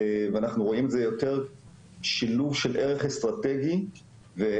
ואנחנו רואים את זה יותר שילוב של ערך אסטרטגי וערכי